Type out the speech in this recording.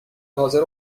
حاضر